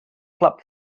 flap